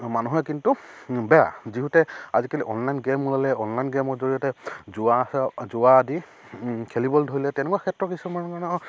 মানুহে কিন্তু বেয়া যিহেতু আজিকালি অনলাইন গেম ওলালে অনলাইন গেমৰ জৰিয়তে জুৱা জুৱা আদি খেলিবলে ধৰিলে তেনেকুৱা ক্ষেত্ৰত কিছুমান মানে